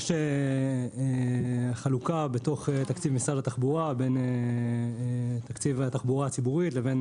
יש חלוקה בתקציב משרד התחבורה בין תקציב התחבורה הציבורית לבין